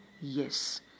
Yes